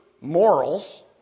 morals